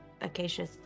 Acacia